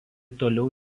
toliau